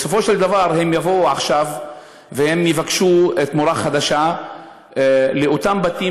בסופו של דבר הם יבואו עכשיו ויבקשו תמורה חדשה לאותם בתים